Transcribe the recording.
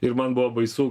ir man buvo baisu